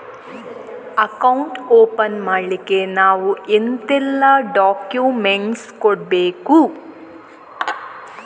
Account open ಮಾಡ್ಲಿಕ್ಕೆ ನಾವು ಎಂತೆಲ್ಲ ಡಾಕ್ಯುಮೆಂಟ್ಸ್ ಕೊಡ್ಬೇಕು?